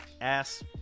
ass